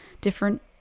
different